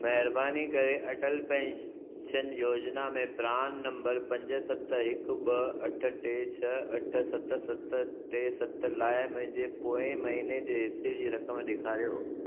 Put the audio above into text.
महिरबानी करे अटल पेंशन योजना में प्रान नंबर पंज सत हिकु ॿ अठ टे छह अठ सत सत टे सत लाइ मुंहिंजे पोएं महीने जे हिसे जी रक़म ॾेखारियो